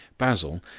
basil,